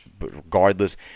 regardless